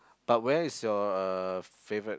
but where is your uh favourite